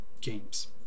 games